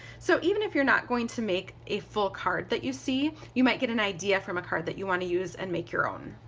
so even if you're not going to make a full card that you see, you might get an idea from a card that you want to use and make your own.